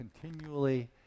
continually